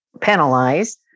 penalized